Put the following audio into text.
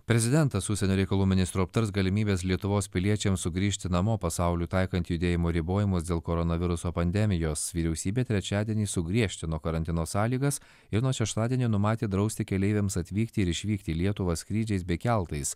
prezidentas su užsienio reikalų ministru aptars galimybes lietuvos piliečiams sugrįžti namo pasaulio taikant judėjimo ribojimus dėl koronaviruso pandemijos vyriausybė trečiadienį sugriežtino karantino sąlygas ir nuo šeštadienio numatė drausti keleiviams atvykti ir išvykti į lietuvą skrydžiais bei keltais